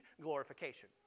glorification